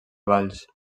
valls